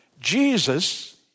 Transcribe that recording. Jesus